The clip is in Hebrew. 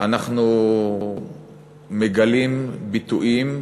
אנחנו מגלים ביטויים,